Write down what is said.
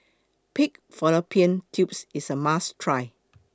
Pig Fallopian Tubes IS A must Try